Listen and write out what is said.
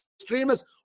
extremists